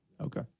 Okay